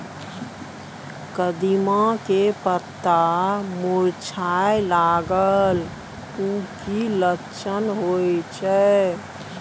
कदिम्मा के पत्ता मुरझाय लागल उ कि लक्षण होय छै?